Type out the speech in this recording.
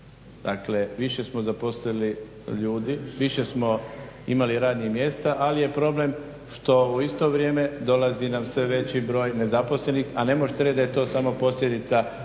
Dakle, više smo zaposlili ljudi, više smo imali radnih mjesta, ali je problem što u isto vrijeme dolazi nam sve veći nezaposlenih a ne možete reći da je to samo posljedica ovih